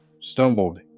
stumbled